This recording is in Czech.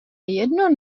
jedno